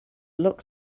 luck